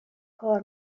کار